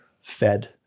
fed